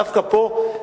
דווקא פה,